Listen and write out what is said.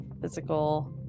physical